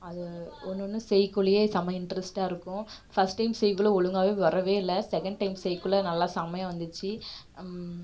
அது ஒன்று ஒன்று செய்யக்குள்ளேயே செம இன்ட்ரஸ்ட்டாக இருக்கும் ஃபர்ஸ்ட் டைம் செய்யக்குள்ள ஒழுங்காகவே வரவே இல்லை செகண்ட் டைம் செய்யக்குள்ள நல்லா செம்மையா வந்துச்சு